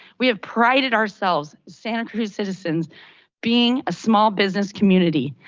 we have prided ourselves, santa cruz citizens being a small business community.